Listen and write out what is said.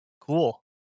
cool